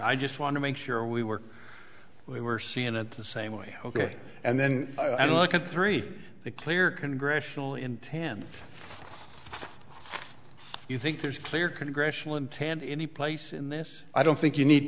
i just want to make sure we were we were seeing at the same way ok and then i look at three clear congressional intent if you think there's clear congressional intent in any place in this i don't think you need